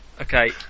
Okay